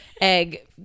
egg